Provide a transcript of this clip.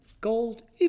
gold